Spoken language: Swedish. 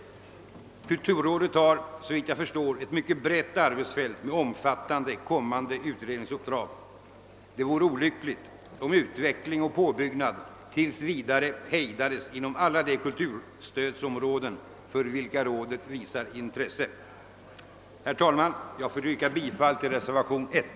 Kulturrådet har, såvitt jag förstår, ett mycket brett arbetsfält med omfattande kommande utredningsuppdrag. Det vore olyckligt om utvecklingen och påbyggnaden tills vidare hejdades inom alla de kulturstödsområden, för vilka rådet visar intresse. Herr talman! Jag får yrka bifall till reservationen 1.